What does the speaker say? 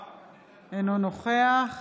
אינו נוכח